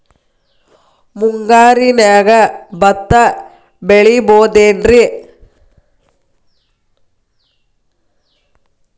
ಮುಂಗಾರಿನ್ಯಾಗ ಭತ್ತ ಬೆಳಿಬೊದೇನ್ರೇ?